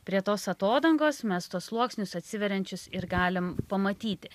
prie tos atodangos mes tuos sluoksnius atsiveriančius ir galim pamatyti